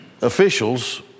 officials